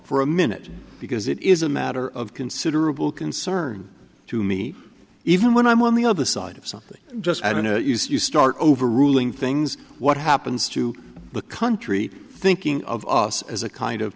for a minute because it is a matter of considerable concern to me even when i'm on the other side of something just i mean to use you start overruling things what happens to the country thinking of us as a kind of